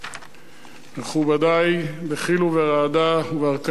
מכובדי, בחיל ורעדה ובהרכנת ראש,